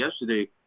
yesterday